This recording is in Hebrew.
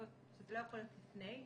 שזה לא יכול להיות לפני.